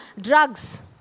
drugs